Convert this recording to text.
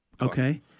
okay